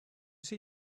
see